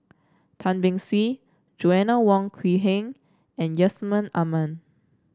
Tan Beng Swee Joanna Wong Quee Heng and Yusman Aman